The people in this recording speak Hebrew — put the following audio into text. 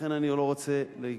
לכן אני לא רוצה להיגרר.